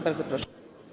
Bardzo proszę.